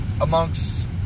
amongst